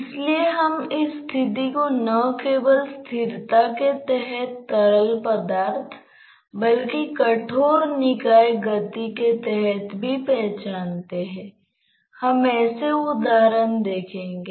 इस तरह यह तरल पदार्थ एक स्थिर स्थिति में जा सकता है यह बग़ल में चल सकता है